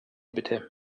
bitte